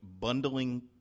bundling